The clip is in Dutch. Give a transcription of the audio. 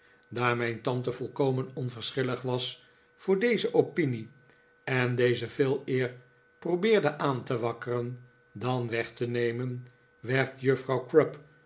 mijn tante volkomen onverschillig was voor deze opinie en deze veeleer probeerde aan te wakkeren dan weg te nemen werd juffrouw crupp